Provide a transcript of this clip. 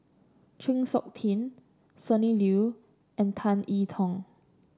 Chng Seok Tin Sonny Liew and Tan E Tong